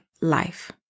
life